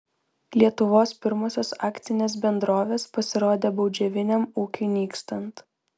lietuvos pirmosios akcinės bendrovės pasirodė baudžiaviniam ūkiui nykstant